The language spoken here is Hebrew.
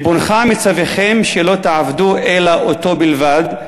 ריבונך מצווכם שלא תעבדו אלא אותו בלבד,